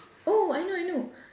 oh I know I know